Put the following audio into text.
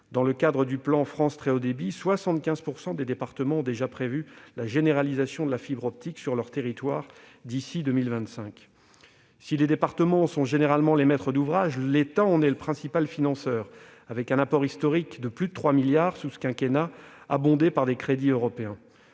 Dans le cadre du plan France Très haut débit, 75 % des départements ont déjà prévu la généralisation de la fibre optique sur leur territoire d'ici à 2025. Si les départements sont généralement les maîtres d'ouvrage, l'État est le principal financeur, avec un apport historique de 3,3 milliards d'euros sous ce quinquennat, abondé par des crédits européens.